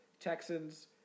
Texans